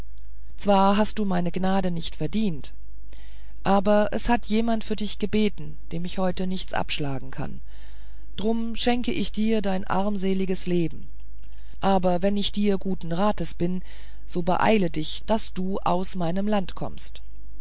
zwar hast du meine gnade nicht verdient aber es hat jemand für dich gebeten dem ich heute nichts abschlagen kann drum schenke ich dir dein armseliges leben aber wenn ich dir guten rates bin so beeile dich daß du aus meinem land kommst